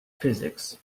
physics